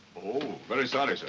oh, very sorry,